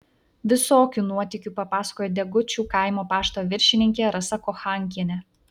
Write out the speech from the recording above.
visokių nuotykių papasakojo degučių kaimo pašto viršininkė rasa kochankienė